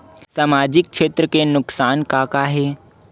सामाजिक क्षेत्र के नुकसान का का हे?